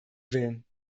willen